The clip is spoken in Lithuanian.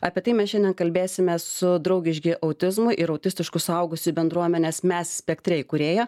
apie tai mes šiandien kalbėsime su draugiški autizmui ir autistiškų suaugusių bendruomenės mes spektre įkūrėja